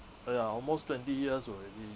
uh ya almost twenty years already